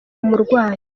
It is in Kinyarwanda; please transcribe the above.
umurwayi